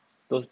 those